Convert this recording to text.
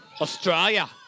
Australia